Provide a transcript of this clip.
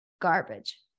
garbage